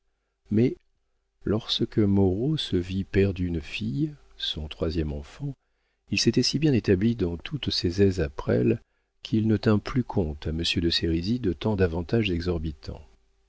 mais lorsque moreau se vit père d'une fille son troisième enfant il s'était si bien établi dans toutes ses aises à presles qu'il ne tint plus compte à monsieur de sérisy de tant d'avantages exorbitants